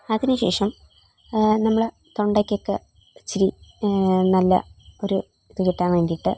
അതിനുശേഷം നമ്മൾ തൊണ്ടയ്ക്ക് ഒക്കെ ഇച്ചിരി നല്ല ഒരു ഇത് കിട്ടാൻ വേണ്ടിയിട്ട്